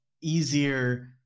easier